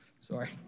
Sorry